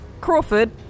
crawford